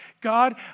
God